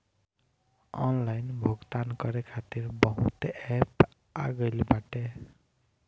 online भुगतान करे खातिर बहुते एप्प आ गईल बाटे